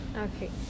Okay